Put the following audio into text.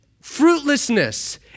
Fruitlessness